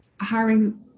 hiring